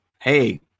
hey